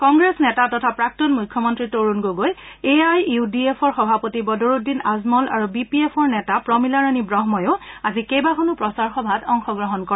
কংগ্ৰেছ নেতা তথা প্ৰাক্তন মুখ্যমন্ত্ৰী Tarun Gogoi A I U D এফৰ সভাপতি বদৰুদ্দিন আজমল আৰু বি পি এফৰ নেতা প্ৰমীলাৰাণী ব্ৰহ্ময়ো আজি কেইবাখনো প্ৰচাৰ সভাত অংশগ্ৰহণ কৰে